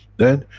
then,